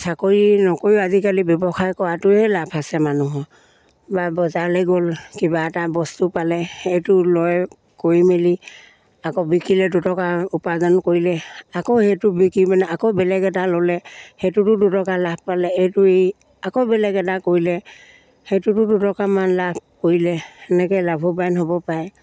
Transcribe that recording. চাকৰি নকৰিও আজিকালি ব্যৱসায় কৰাটোৱে লাভ আছে মানুহৰ বা বজাৰলৈ গ'ল কিবা এটা বস্তু পালে সেইটো লৈ কৰি মেলি আকৌ বিকিলে দুটকা উপাৰ্জন কৰিলে আকৌ সেইটো বিকি মানে আকৌ বেলেগ এটা ল'লে সেইটোতো দুটকা লাভ পালে এইটো এই আকৌ বেলেগ এটা কৰিলে সেইটোতো দুটকামান লাভ কৰিলে তেনেকৈ লাভৱান হ'ব পাৰে